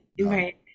right